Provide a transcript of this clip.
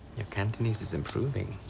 your cantonese is improving.